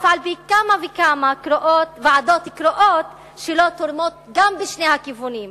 למרות כמה וכמה ועדות קרואות שלא תורמות בשני הכיוונים,